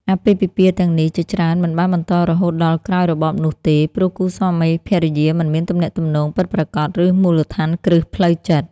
អាពាហ៍ពិពាហ៍ទាំងនេះជាច្រើនមិនបានបន្តរហូតដល់ក្រោយរបបនោះទេ ព្រោះគូស្វាមីភរិយាមិនមានទំនាក់ទំនងពិតប្រាកដឬមូលដ្ឋានគ្រឹះផ្លូវចិត្ត។